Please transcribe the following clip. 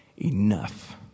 enough